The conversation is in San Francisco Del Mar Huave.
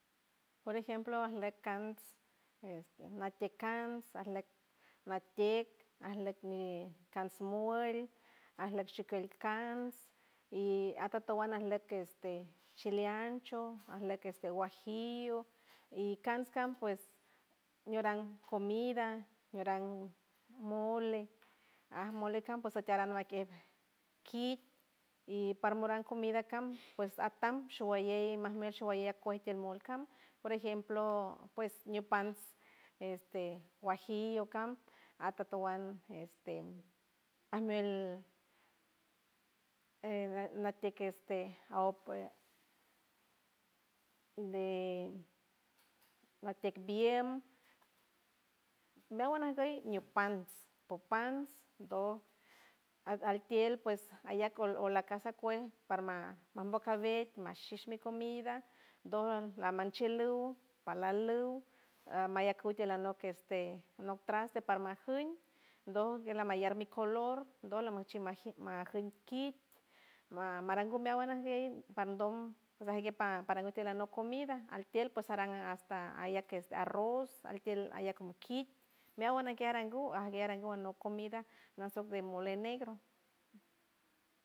Por ejemplo ajleck kants, este natiek kants, ajleck natieck, ajleck mi kants muel, ajleck shikult, kants atatuan, ajleck este chileancho, ajleck guajillo y kants kants pues ñuran comida, ñuran mole aj mole, cam pues shiteran makiej kit y parmoran comida cam, pues atam showalley majmuelt, showalley ajkuelt tield mol, cam por ejemplo pues ñupants este guajillo cam atatuan este ajmuelt e natieck este a op, de natieck biem, meawan ajguy ñupants, popants doj altiel pues ayac o la casa kuej parma mambock cabet, ma shish mi comida doj lamanchieluw palaluw amayac kut alanok este anok traste parma juñ, doj lamayar mi color doj laman chij ma- majuñ kit ma- marangu meawan ajguey pardom ajgue par tiel alanok comida, altiel saran hasta ayac este arroz altiel ayac mokit, meawan ajgue arangu ajgue arangu anok comida nasup de mole negro.